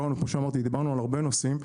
כמו שאמרתי דיברנו על הרבה נושאים,